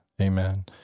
amen